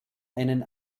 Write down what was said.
einen